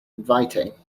inviting